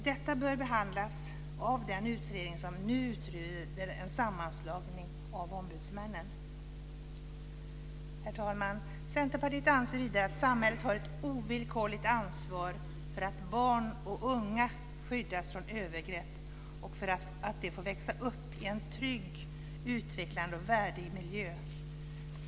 Detta bör behandlas av den utredning som nu utreder en sammanslagning av ombudsmännen. Herr talman! Centerpartiet anser vidare att samhället har ett ovillkorligt ansvar för att barn och unga skyddas från övergrepp och för att de får växa upp i en trygg, utvecklande och värdig miljö.